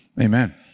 Amen